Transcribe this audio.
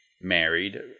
married